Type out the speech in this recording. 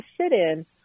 sit-in